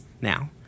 now